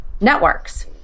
networks